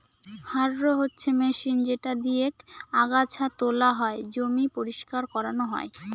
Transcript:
harrow হচ্ছে machine যেটা দিয়েক আগাছা তোলা হয়, জমি পরিষ্কার করানো হয়